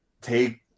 Take